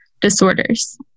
disorders